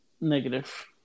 Negative